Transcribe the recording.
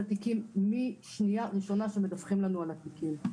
התיקים מן השנייה הראשונה שמדווחים לנו על התיקים.